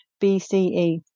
BCE